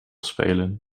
spelen